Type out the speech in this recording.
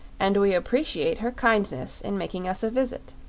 and we appreciate her kindness in making us a visit.